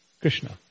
Krishna